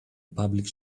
public